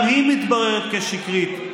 גם היא מתבררת כשקרית.